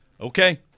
Okay